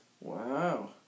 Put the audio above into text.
Wow